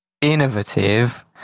Innovative